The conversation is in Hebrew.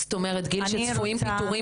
זאת אומרת שצפויים פיטורים